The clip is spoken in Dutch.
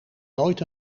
nooit